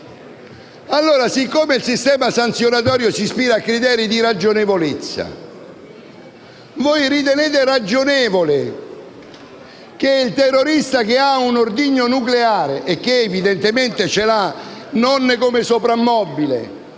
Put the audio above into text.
questo. Siccome il sistema sanzionatorio si ispira a criteri di ragionevolezza, voi ritenete ragionevole che il terrorista che ha un ordigno nucleare e che, evidentemente, lo possiede non come soprammobile